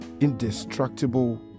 indestructible